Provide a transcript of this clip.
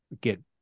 get